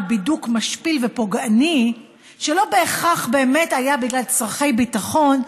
בידוק משפיל ופוגעני שלא בהכרח באמת היה בגלל צורכי ביטחון,